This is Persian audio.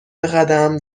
بقدم